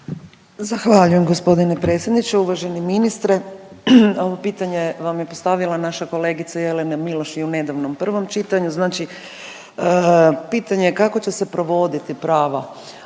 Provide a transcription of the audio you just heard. Zahvaljujem g. predsjedniče. Uvaženi ministre, ovo pitanje vam je postavila naša kolegica Jelena Miloš i u nedavnom prvom čitanju, znači pitanje je kako će se provoditi prava